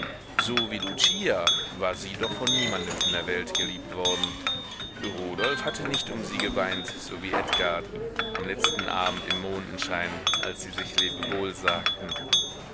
so wie lucia war sie doch von niemanden in der welt geliebt worden rudolf hatte nicht um sie geweint so wie edgard am letzten abend im mondenschein als sie sich lebewohl sagten